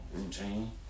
Routine